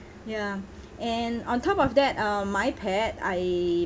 ya and on top of that um my pet I